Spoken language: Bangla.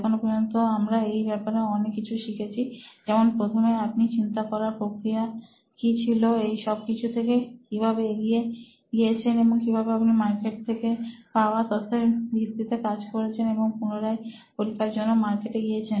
এখনো পর্যন্ত আমরা এই ব্যাপারে অনেক কিছু শিখেছি যেমন প্রথমে আপনার চিন্তা করার প্রক্রিয়া কি ছিল এই সবকিছু থেকে কিভাবে এগিয়ে গিয়েছেন এবং কিভাবে আপনি মার্কেট থেকে পাওয়া তথ্যের ভিত্তিতে কাজ করেছেন এবং পুনরায় পরীক্ষা করার জন্য মার্কেটে গিয়েছেন